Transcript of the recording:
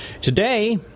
Today